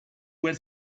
were